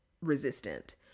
resistant